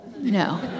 No